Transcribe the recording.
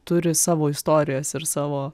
turi savo istorijas ir savo